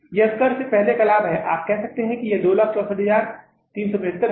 यह कर से पहले का लाभ है आप कह सकते हैं यह 264375 है